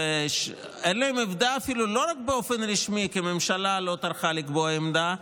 אין להם עמדה לא רק באופן רשמי כממשלה שלא טרחה לקבוע עמדה,